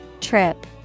Trip